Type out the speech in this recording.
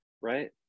right